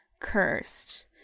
Cursed